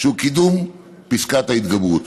והוא קידום פסקת ההתגברות.